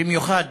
במיוחד